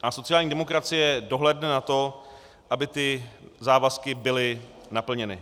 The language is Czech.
A sociální demokracie dohlédne na to, aby ty závazky byly naplněny.